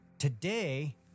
Today